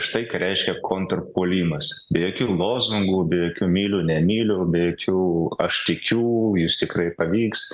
štai ką reiškia kontrpuolimas be jokių lozungų be jokių myliu nemyliu be jokių aš tikiu jis tikrai pavyks